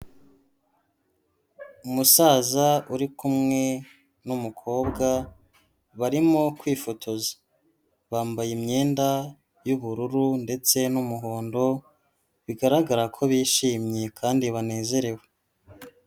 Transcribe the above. Umusaza uri kumwe n'umukobwa barimo kwifotoza, bambaye imyenda y'ubururu ndetse n'umuhondo, bigaragara ko bishimye kandi banezerewe.